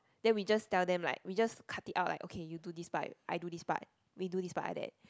then we just tell them like we just cut it out like okay you do this part I do this part we do this part like that